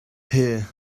here